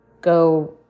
go